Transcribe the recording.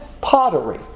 pottery